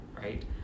right